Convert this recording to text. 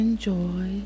Enjoy